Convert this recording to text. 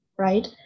Right